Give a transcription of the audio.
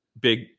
big